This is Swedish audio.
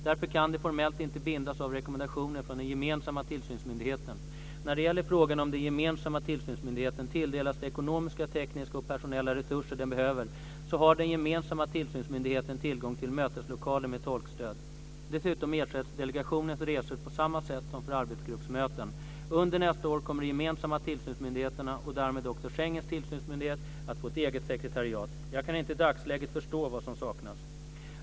Därför kan de formellt inte bindas av rekommendationer från den gemensamma tillsynsmyndigheten. När det gäller frågan om huruvida den gemensamma tillsynsmyndigheten tilldelas de ekonomiska, tekniska och personella resurser den behöver har den gemensamma tillsynsmyndigheten tillgång till möteslokaler med tolkstöd. Dessutom ersätts delegationernas resor på samma sätt som för arbetsgruppsmöten. Under nästa år kommer de gemensamma tillsynsmyndigheterna, och därmed också Schengens tillsynsmyndighet, att få ett eget sekretariat. Jag kan inte i dagsläget förstå vad som saknas.